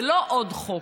זה לא עוד חוק,